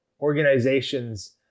organizations